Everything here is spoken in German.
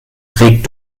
regt